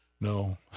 No